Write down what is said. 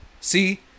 See